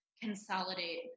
consolidate